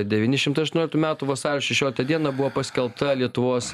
devyni šimtai aštuonioliktų metų vasario šešioliktą dieną buvo paskelbta lietuvos